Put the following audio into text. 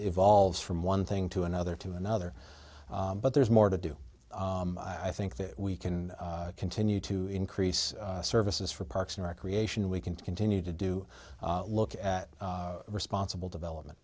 evolves from one thing to another to another but there's more to do i think that we can continue to increase services for parks and recreation we can continue to do look at responsible development